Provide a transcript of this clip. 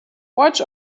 watch